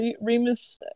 Remus